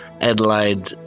Adelaide